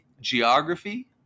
geography